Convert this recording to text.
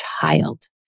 child